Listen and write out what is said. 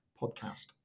podcast